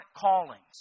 callings